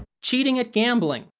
cheating at gambling.